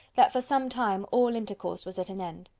that for some time all intercourse was at an end.